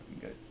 good